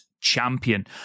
champion